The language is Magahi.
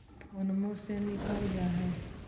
फोनवो से निकल जा है?